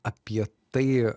apie tai